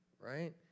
right